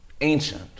ancient